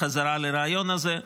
בחזרה לרעיון הזה.